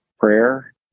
Prayer